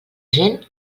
gent